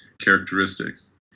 characteristics